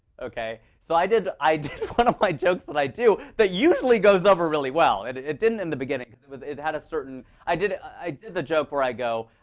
ok? so i did i did one of my jokes that i do that usually goes over really well. and it didn't in the beginning, because it had a certain i did i did the joke where i go,